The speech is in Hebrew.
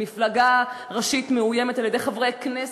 מפלגה ראשית מאוימת על-ידי חברי כנסת,